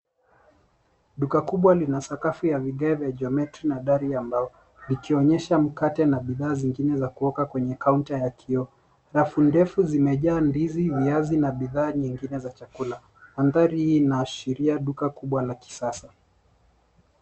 Duka kubwa lina sakafu ya vigeve, jometri na dari ya mbao likionyesha mkate na bidhaa zingine za kuoka kwenya kaunta ya kioo. Rafu ndefu zimejaa ndizi, viazi na bidhaa nyingine za chakula . Maandhari hii inaashiria duka kubwa la kisasa .